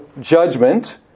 judgment